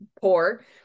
poor